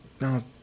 no